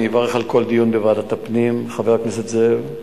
אני אברך על כל דיון בוועדת הפנים, חבר הכנסת זאב.